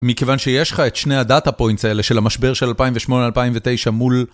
מכיוון שיש לך את שני הדאטה פוינטס האלה של המשבר של 2008-2009 מול...